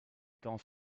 tend